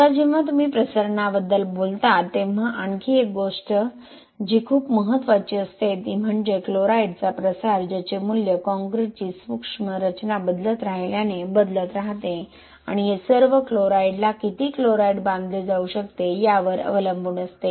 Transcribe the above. आता जेव्हा तुम्ही प्रसरणाबद्दल बोलतो तेव्हा आणखी एक गोष्ट जी खूप महत्त्वाची असते ती म्हणजे क्लोराईडचा प्रसार ज्याचे मूल्य काँक्रीटची सूक्ष्म रचना बदलत राहिल्याने बदलत राहते आणि हे सर्व क्लोराईडला किती क्लोराइड बांधले जाऊ शकते यावर अवलंबून असते